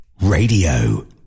Radio